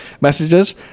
messages